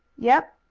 yep.